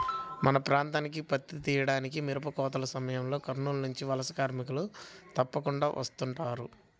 మా ప్రాంతానికి పత్తి తీయడానికి, మిరపకాయ కోతల సమయంలో కర్నూలు నుంచి వలస కార్మికులు తప్పకుండా వస్తుంటారు